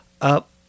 up